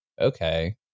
okay